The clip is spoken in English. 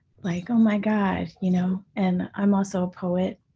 like oh my god, you know? and i'm also a poet.